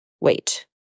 wait